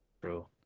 True